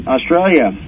Australia